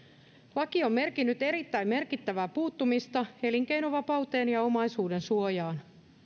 laki on merkinnyt erittäin merkittävää puuttumista elinkeinovapauteen ja omaisuudensuojaan